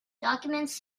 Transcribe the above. documents